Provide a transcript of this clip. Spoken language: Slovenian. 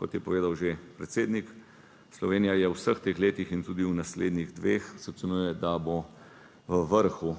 kot je povedal že predsednik. Slovenija je v vseh teh letih in tudi v naslednjih dveh se ocenjuje, da bo v vrhu